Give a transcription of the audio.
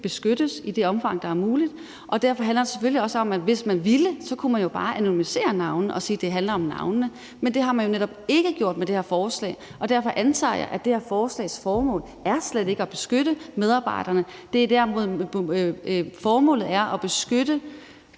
beskyttes i det omfang, det er muligt, og derfor handler det selvfølgelig også om, at man, hvis man ville, jo bare kunne anonymisere navnene og sige, at det handler om navnene. Men det har man jo netop ikke gjort med det her forslag, og derfor antager jeg også, at det her forslags formål slet ikke er at beskytte medarbejderne, men at formålet derimod er at beskytte